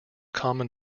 common